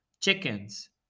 chickens